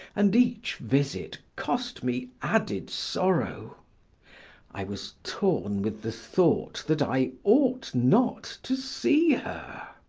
and each visit cost me added sorrow i was torn with the thought that i ought not to see her.